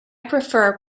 prefer